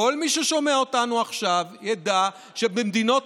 כל מי ששומע אותנו עכשיו ידע שבמדינות